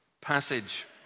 passage